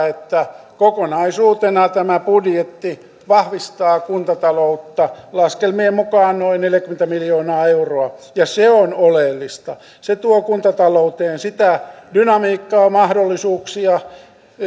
että kokonaisuutena tämä budjetti vahvistaa kuntataloutta laskelmien mukaan noin neljäkymmentä miljoonaa euroa ja se on oleellista se tuo kuntatalouteen sitä dynamiikkaa mahdollisuuksia